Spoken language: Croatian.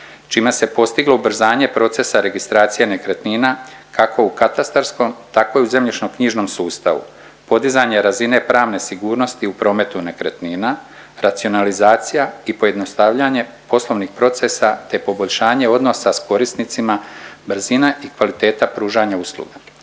čime se postiglo ubrzanje procesa registracije nekretnina kako u katastarskom, tako i u zemljišno-knjižnom sustavu. Podizanje razine pravne sigurnosti u prometu nekretnina, racionalizacija i pojednostavljanje poslovnih procesa, te poboljšanje odnosa sa korisnicima, brzina i kvaliteta pružanja usluga.